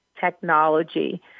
technology